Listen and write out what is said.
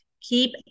keep